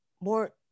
more